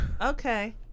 Okay